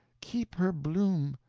keep her bloom!